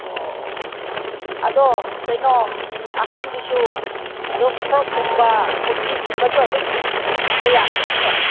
ꯑꯣ ꯑꯗꯣ ꯀꯩꯅꯣ ꯑꯍꯟꯒꯤꯁꯨ ꯑꯗꯣꯝ ꯐꯣꯔꯛꯀꯨꯝꯕ ꯀꯨꯔꯇꯤꯒꯨꯝꯕꯁꯨ ꯑꯗꯨꯝ ꯐꯪꯕ ꯌꯥꯒꯅꯤꯀꯣ